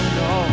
no